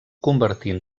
convertint